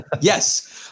Yes